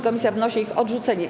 Komisja wnosi o ich odrzucenie.